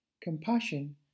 Compassion